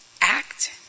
act